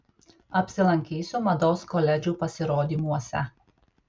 apsilankysiu mados koledžų pasirodymuose